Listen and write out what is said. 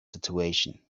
situation